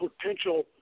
potential